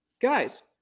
guys